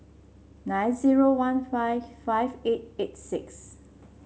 nine zero one five five eight eight six